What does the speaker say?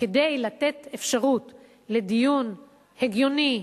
כדי לתת אפשרות לדיון הגיוני,